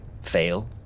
fail